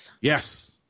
Yes